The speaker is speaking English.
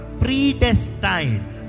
predestined